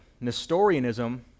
Nestorianism